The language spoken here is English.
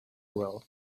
well